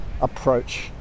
approach